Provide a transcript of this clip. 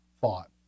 thought